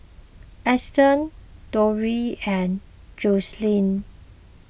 Eustace Durell and Joselyn